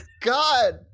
God